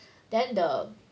then the